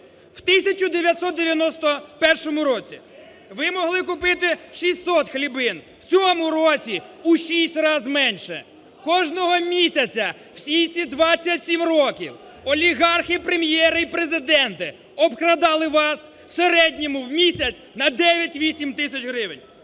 В 1991 році ви могли купити 600 хлібин, в цьому у 6 раз менше! Кожного місяця всі ці 27 років олігархи, прем'єри і президенти обкрадали вас в середньому в місяць на 9-8 тисяч гривень.